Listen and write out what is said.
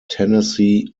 tennessee